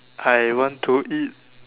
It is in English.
I want to eat